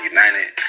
United